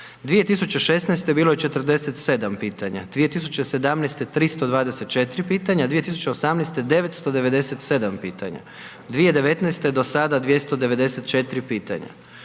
2016. bilo je 47 pitanja, 2017. 324 pitanja, 2018. 997 pitanja, 2019. do sada 294 pitanja.